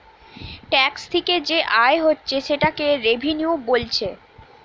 tax থিকে যে আয় হচ্ছে সেটাকে রেভিনিউ বোলছে